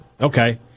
okay